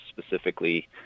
specifically